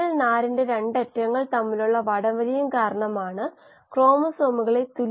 Sm കണ്ടെത്തുന്നത് എങ്ങനെ